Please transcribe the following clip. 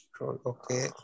Okay